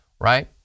right